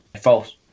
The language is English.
False